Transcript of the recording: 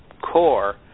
core